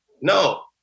No